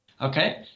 Okay